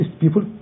people